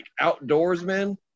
outdoorsmen